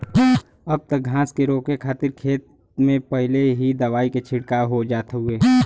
अब त घास के रोके खातिर खेत में पहिले ही दवाई के छिड़काव हो जात हउवे